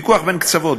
ויכוח בין קצוות,